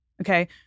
okay